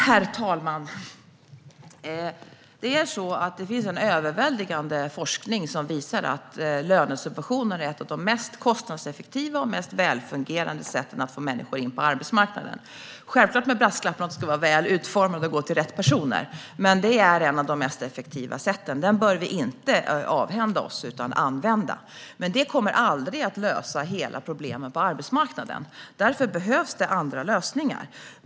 Herr talman! Det finns en överväldigande forskning som visar att lönesubventioner är ett av de mest kostnadseffektiva och välfungerande sätten att få in människor på arbetsmarknaden - självklart med brasklappen att de ska vara väl utformade och gå till rätt personer. Men detta är alltså ett av de mest effektiva sätten, och det bör vi inte avhända oss utan i stället använda. Detta kommer dock aldrig att lösa alla problem på arbetsmarknaden, och därför behövs också andra lösningar.